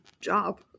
job